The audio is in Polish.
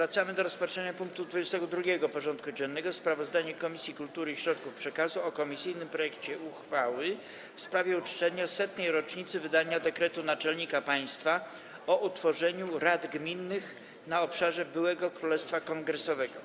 Powracamy do rozpatrzenia punktu 22. porządku dziennego: Sprawozdanie Komisji Kultury i Środków Przekazu o komisyjnym projekcie uchwały w sprawie uczczenia 100. rocznicy wydania dekretu Naczelnika Państwa o utworzeniu Rad Gminnych na obszarze b. Królestwa Kongresowego.